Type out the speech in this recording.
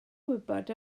gwybod